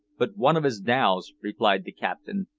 but one of his dhows, replied the captain.